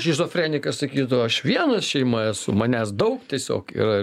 šizofrenikas sakydavo aš viena šeima esu manęs daug tiesiog yra